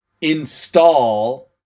install